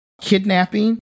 kidnapping